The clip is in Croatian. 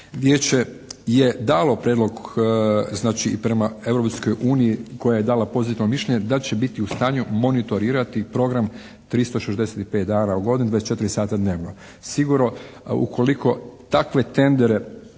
Vijeće je dalo prijedlog znači i prema Europskoj uniji koja je dala pozitivno mišljenje da će biti u stanju monitorirati program 365 dana u godini, 24 sata dnevno. Sigurno ukoliko takve "tendere"